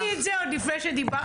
אמרתי את זה עוד לפני שדיברת.